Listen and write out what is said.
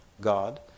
God